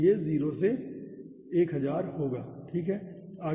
तो यह 0 से 1000 होगा ठीक है